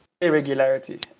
irregularity